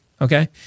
okay